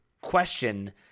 question